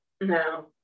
No